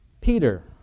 Peter